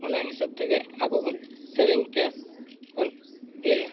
ᱚᱱᱟ ᱦᱤᱥᱟᱹᱵ ᱛᱮᱜᱮ ᱟᱵᱚ ᱵᱚᱱ ᱥᱮᱨᱮᱧᱛᱮ ᱵᱚᱱ ᱤᱭᱟᱹᱭᱟ